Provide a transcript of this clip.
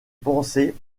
pensé